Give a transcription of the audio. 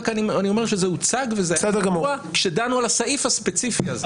אני רק אומר שזה הוצג וזה היה ידוע כשדנו על הסעיף הספציפי הזה.